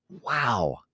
Wow